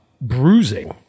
bruising